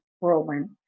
whirlwind